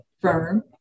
firm